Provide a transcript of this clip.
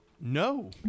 no